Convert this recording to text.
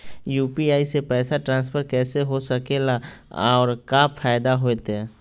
UPI से पैसा transfer कैसे हो सके ला और का फायदा होएत?